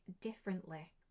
differently